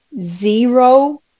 zero